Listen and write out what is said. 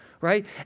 right